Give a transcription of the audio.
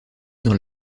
dans